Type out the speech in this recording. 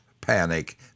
panic